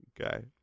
Okay